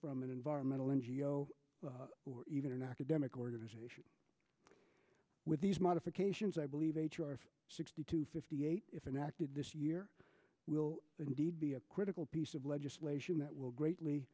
from an environmental n g o s or even an academic organization with these modifications i believe sixty two fifty eight if enacted this year will indeed be a critical piece of legislation that will greatly